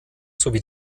sowie